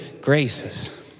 graces